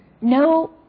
No